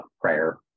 prayer